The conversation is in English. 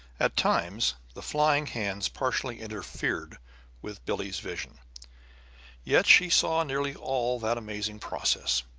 at times the flying hands partly interfered with billie's vision yet she saw nearly all that amazing process,